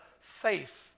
faith